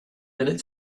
minute